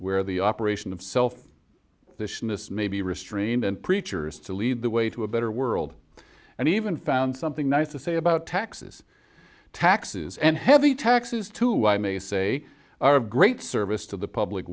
where the operation of self in this may be restraint and preachers to lead the way to a better world and even found something nice to say about taxes taxes and heavy taxes to i may say are of great service to the public